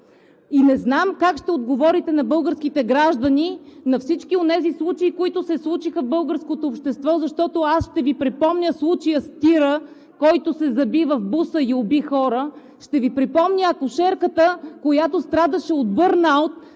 Не знам как ще отговорите на българските граждани за всички онези случаи, които се случиха в българското общество, защото аз ще Ви припомня случая с тира, който се заби в буса и уби хора, ще Ви припомня за акушерката, която страдаше от „бърнаут“